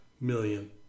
million